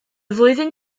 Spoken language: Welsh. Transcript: flwyddyn